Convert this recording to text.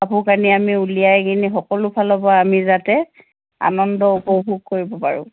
কাপোৰ কানি আমি উলিয়াই কিনি সকলো ফালৰপৰা আমি যাতে আনন্দ উপভোগ কৰিব পাৰোঁ